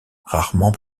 rarement